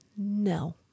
No